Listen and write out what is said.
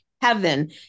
heaven